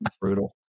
Brutal